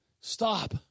Stop